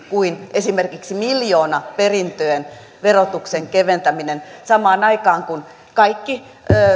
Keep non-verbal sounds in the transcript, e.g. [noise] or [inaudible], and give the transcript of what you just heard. [unintelligible] kuin esimerkiksi miljoonaperintöjen verotuksen keventäminen samaan aikaan kun kaikki